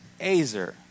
Azer